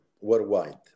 worldwide